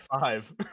five